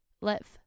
live